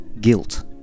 guilt